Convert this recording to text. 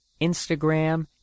Instagram